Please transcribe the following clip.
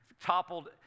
toppled